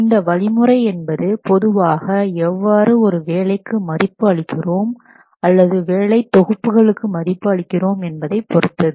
இந்த வழிமுறை என்பது பொதுவாக எவ்வாறு ஒரு வேலைக்கு மதிப்பு அளிக்கிறோம் அல்லது வேலை தொகுப்புகளுக்கு மதிப்பு அளிக்கிறோம் என்பதைப் பொருத்தது